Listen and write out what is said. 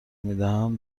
میدهم